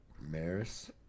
Maris